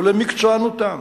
ולמקצוענותם,